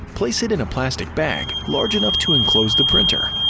place it in a plastic bag large enough to enclose the printer.